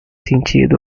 sentido